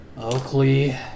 Oakley